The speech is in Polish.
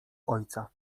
ojca